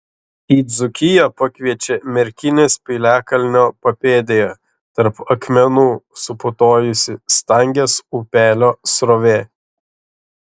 į dzūkiją pakviečia merkinės piliakalnio papėdėje tarp akmenų suputojusi stangės upelio srovė